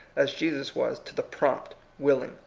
as jesus was, to the prompt, willing,